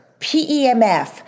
PEMF